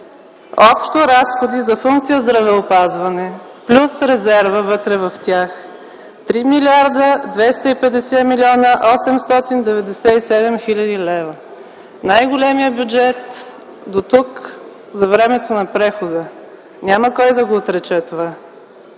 Общо разходи за функция здравеопазване плюс резерва вътре в тях – 3 млрд. 250 млн. 897 хил. лв. Най-големият бюджет дотук за времето на прехода. Това няма кой да го отрече! Това